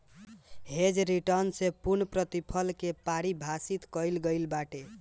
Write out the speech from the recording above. hedge return से पूर्णप्रतिफल के पारिभाषित कईल गईल बाटे